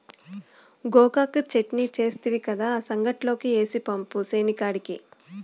గోగాకు చెట్నీ సేస్తివి కదా, సంగట్లోకి ఏసి పంపు సేనికాడికి